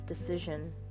decision